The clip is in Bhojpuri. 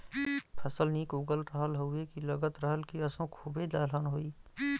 फसल निक उगल रहल हउवे की लगत रहल की असों खूबे दलहन होई